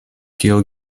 kiel